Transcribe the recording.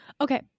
Okay